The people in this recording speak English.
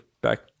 back